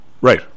Right